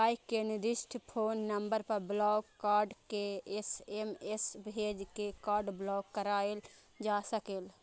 bank के निर्दिष्ट phone number पर ब्लॉक कार्ड के एस.एम.एस भेज के कार्ड ब्लॉक कराएल जा सकैए